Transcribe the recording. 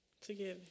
Together